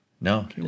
No